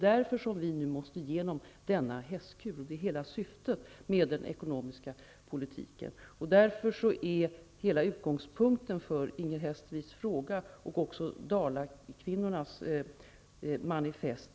Därför måste vi nu ta os igenom denna hästkur. Det är hela syftet med den ekonomiska politiken. Därför är utgångspunkten för Inger Hestviks fråga felaktig liksom Dalakvinnornas manifest.